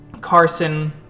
Carson